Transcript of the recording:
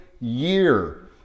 year